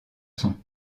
son